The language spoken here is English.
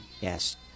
Yes